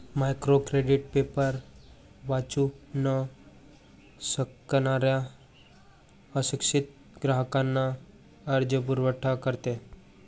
micro credit paper वाचू न शकणाऱ्या अशिक्षित ग्राहकांना कर्जपुरवठा करते